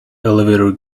elevator